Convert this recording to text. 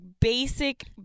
basic